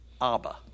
Abba